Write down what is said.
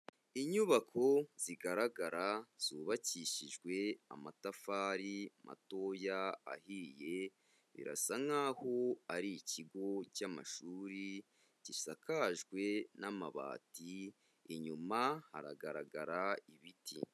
Inyubako zigaragara zubakishijwe amatafari matoya ahiye, birasa nkaho ari ikigo cy'amashuri gisakajwe n'amabati, inyuma haragaragara ibiti.